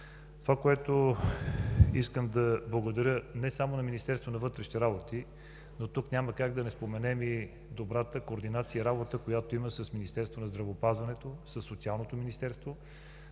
Затова искам да благодаря не само на Министерството на вътрешните работи, но тук няма как да не споменем и добрата координация и работа, която има с Министерството на здравеопазването, със Социалното министерство,